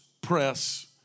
press